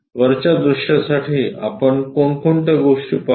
वरच्या दृश्यासाठी आपण कोणकोणत्या गोष्टी पाहू